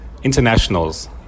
Internationals